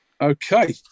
Okay